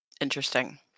Interesting